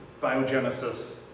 biogenesis